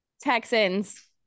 Texans